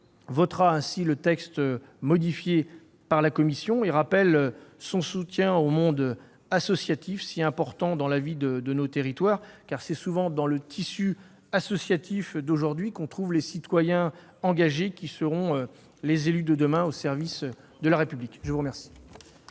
votera ainsi le texte modifié par la commission et rappelle son soutien au monde associatif, si important dans la vie de nos territoires. Car c'est souvent dans le tissu associatif d'aujourd'hui que l'on trouve les citoyens engagés qui seront les élus de demain au service de la République. Très bien